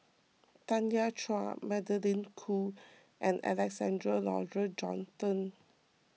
Tanya Chua Magdalene Khoo and Alexander Laurie Johnston